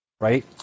Right